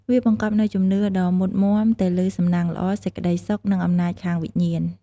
វាបង្កប់នូវជំនឿដ៏មុតមាំទៅលើសំណាងល្អ សេចក្ដីសុខ និងអំណាចខាងវិញ្ញាណ។